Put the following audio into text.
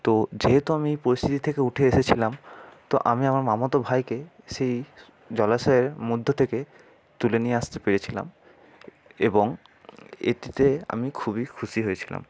তো যেহেতু আমি এই পরিস্থিতির থেকে উঠে এসেছিলাম তো আমি আমার মামাতো ভাইকে সেই জলাশয়ের মধ্যে থেকে তুলে নিয়ে আসতে পেরেছিলাম এবং এটিতে আমি খুবই খুশি হয়েছিলাম